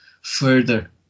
further